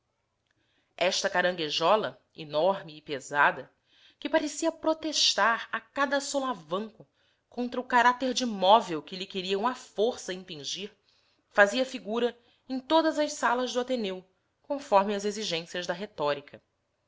esta caranguejola enorme e pesada que parecia protestar a cada solavanco contra o caráter de móvel que lhe queriam à força impingir fazia figura em todas as salas do ateneu conforme as exigências da retórica